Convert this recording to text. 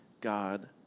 God